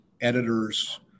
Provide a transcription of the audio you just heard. editors